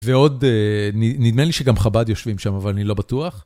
ועוד נדמה לי שגם חבד יושבים שם, אבל אני לא בטוח.